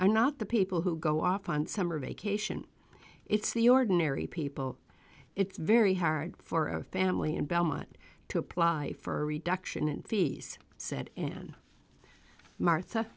i'm not the people who go off on summer vacation it's the ordinary people it's very hard for a family in belmont to apply for a reduction in fees said anne martha